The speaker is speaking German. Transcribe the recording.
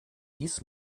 dies